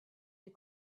des